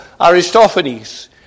Aristophanes